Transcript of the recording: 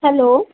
hello